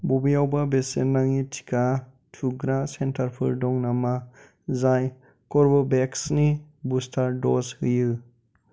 बबेयावबा बेसेन नाङि टिका थुग्रा सेन्टारफोर दं नामा जाय कर्वेभेक्सनि बुस्टार द'ज होयो